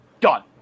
done